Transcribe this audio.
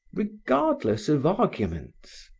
regardless of arguments.